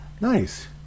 Nice